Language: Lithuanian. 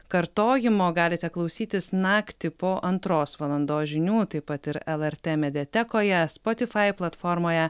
kartojimo galite klausytis naktį po antros valandos žinių taip pat ir lrt mediatekoje spotifai platformoje